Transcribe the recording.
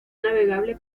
navegable